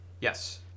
Yes